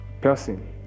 person